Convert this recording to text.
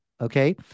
Okay